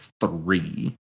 three